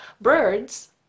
Birds